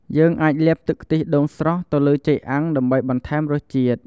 យើងអាចលាបទឹកខ្ទិះដូងស្រស់ទៅលើចេកអាំងដើម្បីបន្ថែមរសជាតិ។